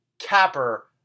capper